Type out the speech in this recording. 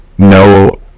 no